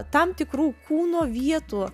tam tikrų kūno vietų